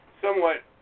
somewhat